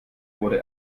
wurde